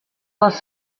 les